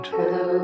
Hello